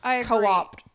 co-op